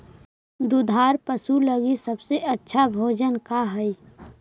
दुधार पशु लगीं सबसे अच्छा भोजन का हई?